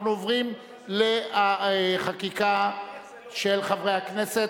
אנחנו עוברים לחקיקה של חברי הכנסת.